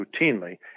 routinely